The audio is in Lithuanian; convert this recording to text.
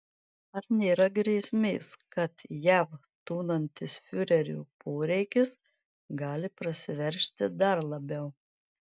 ar nėra grėsmės kad jav tūnantis fiurerio poreikis gali prasiveržti dar labiau